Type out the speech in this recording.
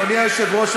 אדוני היושב-ראש,